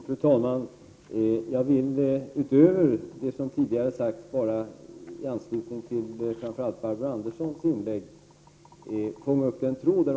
Fru talman! Utöver det som tidigare sagts vill jag bara fånga upp en tråd i anslutning till framför allt Barbro Anderssons inlägg.